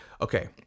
okay